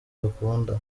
bakunda